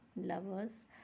lovers